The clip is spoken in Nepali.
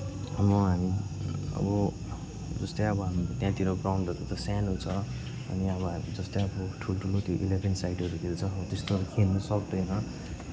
म हामी अब जस्तै हाम्रो त्यहाँतिर ग्राउन्डहरू त सानो छ अनि हामी जस्तै अब ठुल्ठुलो त्यो इलेभेन साइडहरू खेल्छ हो त्यस्तोहरू खेल्नु सक्दैन